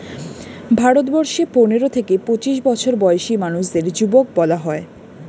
ভারতবর্ষে পনেরো থেকে পঁচিশ বছর বয়সী মানুষদের যুবক বলা হয়